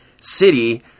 city